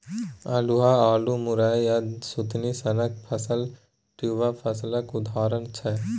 अल्हुआ, अल्लु, मुरय आ सुथनी सनक फसल ट्युबर फसलक उदाहरण छै